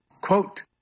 quote